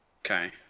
Okay